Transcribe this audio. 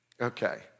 Okay